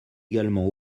également